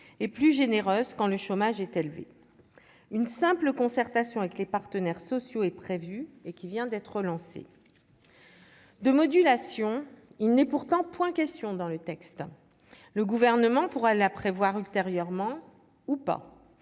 et plus généreuse, quand le chômage est élevé, une simple concertation avec les partenaires sociaux est prévue et qui vient d'être lancée de modulation, il n'est pourtant point question dans le texte, le gouvernement pourra la prévoir ultérieurement ou pas